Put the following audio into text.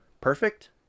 perfect